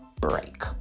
break